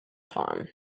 time